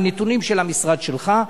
מנתונים של המשרד שלך: